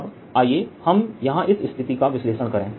अब आइए हम यहां इस स्थिति का विश्लेषण करें